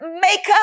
makeup